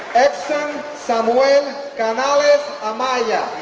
exson samuel and canales amaya